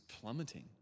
plummeting